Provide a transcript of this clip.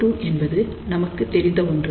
S22 என்பது நமக்கு தெரிந்த ஒன்று